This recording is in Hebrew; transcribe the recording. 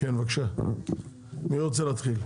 כן בבקשה מי רוצה להתחיל?